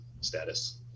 status